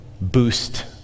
Boost